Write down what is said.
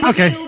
Okay